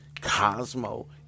Cosmo